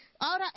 Ahora